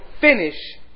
finish